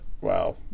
Wow